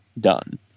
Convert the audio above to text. done